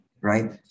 right